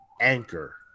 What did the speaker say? anchor